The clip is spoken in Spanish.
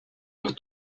los